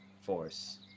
Force